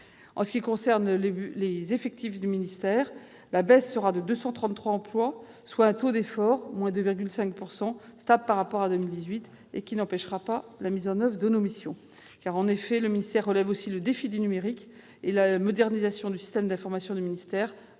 S'agissant des effectifs du ministère, la baisse sera de 233 emplois, soit un taux d'effort- 2,5 % -stable par rapport à 2018, qui n'empêchera pas la mise en oeuvre de nos missions. Car le ministère relève aussi le défi du numérique et la modernisation du système d'information du ministère